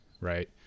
right